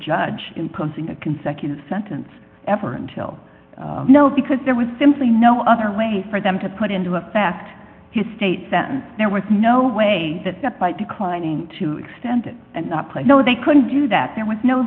judge imposing a consecutive sentence ever until now because there was simply no other way for them to put into effect his state sentence there was no way that that by declining to extend it and not play no they couldn't do that there was no